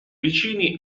vicini